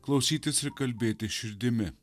klausytis ir kalbėti širdimi